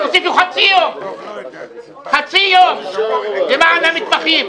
תפסידו חצי יום למען המתמחים.